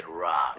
Rock